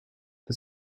the